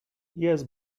yes